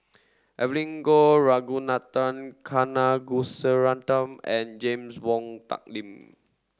Evelyn Goh Ragunathar Kanagasuntheram and James Wong Tuck Yim